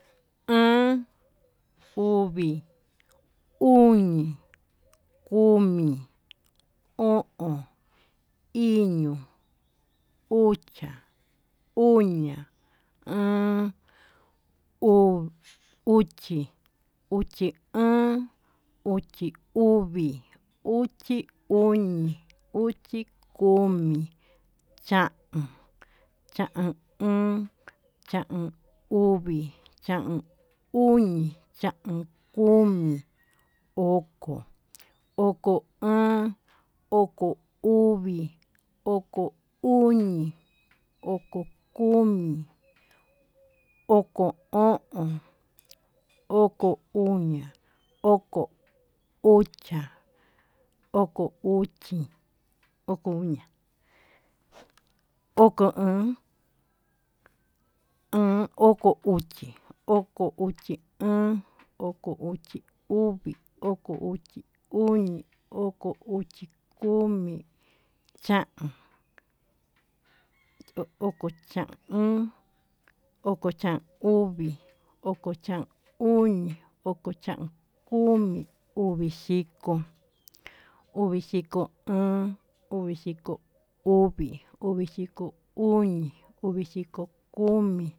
Oon, uvi, uñi, kumi, o'on, iño, uxia, uña, óón, uu uxi, uxi oo, uxi uvi, uxi oñi, uxi komi, chaon, chaon oon, chaon uvi, chaon uñi, chaon komi, oko, oko oon, oko uvi, oko uñi, oko komi, oko o'on, oko uña, oko ucha, oko uxi, oko uña, oko oon, oko uxi, oko uxi oon, oko uxi uvi, oko uxi oñi, oko uxi komi, oko chaon, oko chaon oon, oko chaon uvi, oko chaon uñi, oko chaon komi, uvixhiko, uvixhiko oon, uvixhiko uvi, uvixhiko uñi, uvixhiko komi.